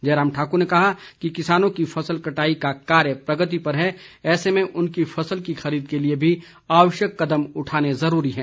जयराम ठाकुर ने कहा कि किसानों की फसल कटाई का कार्य प्रगति पर है ऐसे में उनकी फसल की खरीद के लिए भी आवश्यक कदम उठाने जरूरी हैं